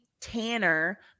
Tanner